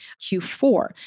Q4